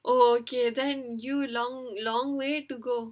okay then you long long way to go